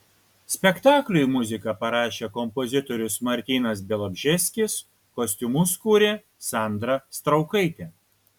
spektakliui muziką parašė kompozitorius martynas bialobžeskis kostiumus kūrė sandra straukaitė